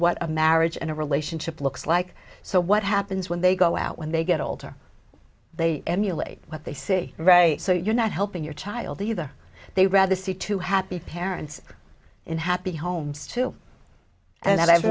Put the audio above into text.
what a marriage and a relationship looks like so what happens when they go out when they get older they emulate what they see right so you're not helping your child either they rather see two happy parents in happy homes too and